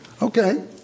Okay